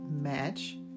match